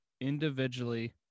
individually